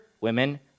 women